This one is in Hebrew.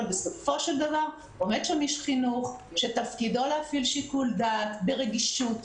בסופו של דבר עומד שם איש חינוך שתפקידו להפעיל שיקול דעת ברגישות,